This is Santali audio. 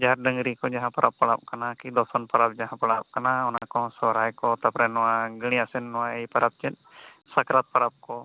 ᱡᱟᱦᱮᱨ ᱰᱟᱹᱝᱨᱤ ᱠᱚ ᱡᱟᱦᱟᱸ ᱯᱟᱨᱟᱵᱽ ᱯᱟᱲᱟᱜ ᱠᱟᱱᱟ ᱠᱤᱢᱵᱟ ᱥᱟᱱᱛᱟᱲ ᱡᱟᱦᱟᱸ ᱯᱟᱲᱟᱜ ᱠᱟᱱᱟ ᱚᱱᱟ ᱠᱚ ᱥᱚᱦᱨᱟᱭ ᱠᱚ ᱛᱟᱨᱯᱚᱨᱮ ᱱᱚᱣᱟ ᱜᱟᱹᱲᱤ ᱟᱥᱮᱱ ᱱᱚᱣᱟ ᱮᱭ ᱯᱟᱨᱟᱵᱽ ᱪᱮᱫ ᱥᱟᱠᱨᱟᱛ ᱯᱟᱨᱟᱵᱽ ᱠᱚ